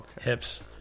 Hips